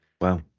Wow